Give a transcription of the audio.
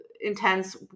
intense